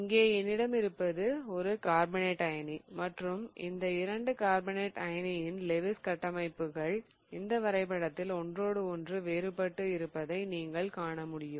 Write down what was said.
இங்கே என்னிடம் இருப்பது ஒரு கார்பனேட் அயனி மற்றும் இந்த இரண்டு கார்பனேட் அயனியின் லெவிஸ் கட்டமைப்புகள் இந்த வரைபடத்தில் ஒன்றோடு ஒன்று வேறுபட்டு இருப்பதை நீங்கள் காணமுடியும்